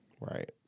Right